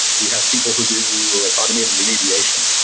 we have people who do like automated remediation.